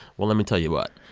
well, let me tell you what.